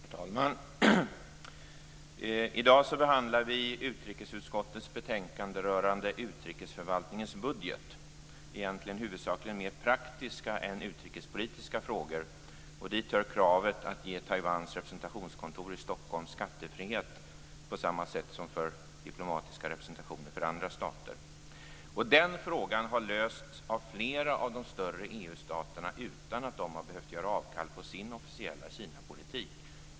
Herr talman! I dag behandlar vi under utrikesutskottets betänkande rörande utrikesförvaltningens budget egentligen huvudsakligen mer praktiska än utrikespolitiska frågor. Dit hör kravet att ge Taiwans representationskontor i Stockholm skattefrihet på samma sätt som för diplomatiska representationer för andra stater. Den frågan har lösts av flera av de större EU-staterna utan att de behövt göra avkall på sin officiella Kinapolitik.